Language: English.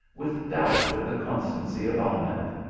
with doubt of the con stancy of ahmed.